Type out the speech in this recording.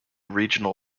regional